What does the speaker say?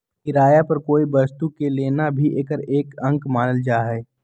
किराया पर कोई वस्तु के लेना भी एकर एक अंग मानल जाहई